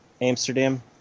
Amsterdam